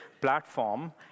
platform